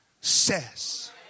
says